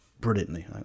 brilliantly